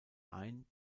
ein